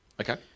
Okay